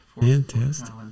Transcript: Fantastic